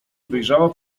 wyjrzała